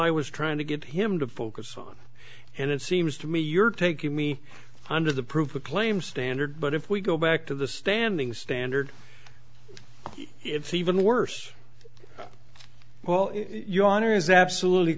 i was trying to get him to focus on and it seems to me you're taking me under the prove the claim standard but if we go back to the standing standard if even worse well your honor is absolutely